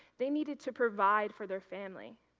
they needed to provide for their family.